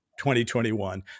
2021